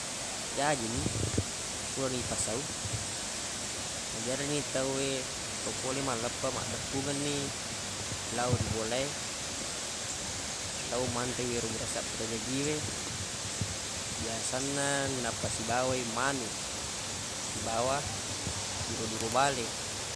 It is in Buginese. Jaji ni purani ipasau maderri ni tawwe ko pole ni malleppeq maddeppungenni lao ri bola e lao manre wi ero burasaq pura jaji e biasanna napasibawa i manuq sibawa duro-duro bale